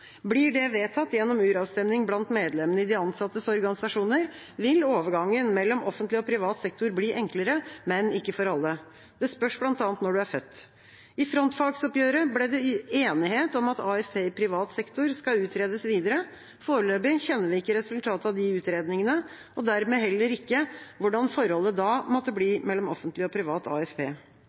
Blir det vedtatt gjennom uravstemning blant medlemmene i de ansattes organisasjoner, vil overgangen mellom offentlig og privat sektor bli enklere, men ikke for alle. Det spørs bl.a. når en er født. I frontfagsoppgjøret ble det enighet om at AFP i privat sektor skal utredes videre. Foreløpig kjenner vi ikke resultatet av de utredningene og dermed heller ikke hvordan forholdet da måtte bli mellom offentlig og privat AFP.